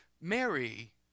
Mary